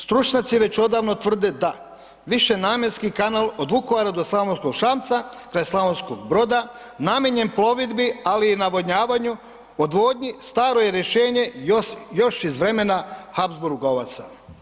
Stručnjaci već odavno tvrde da višenamjenski kanal od Vukovara do Slavonskog Šamca kraj Slavonskog Broda namijenjen plovidbi ali i navodnjavanju odvodnji staro je rješenje još iz vremena Habsburgovaca.